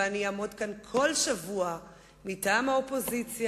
ואני אעמוד כאן כל שבוע מטעם האופוזיציה,